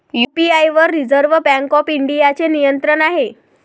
UPI वर reserve bank of इंडियाचे नियंत्रण आहे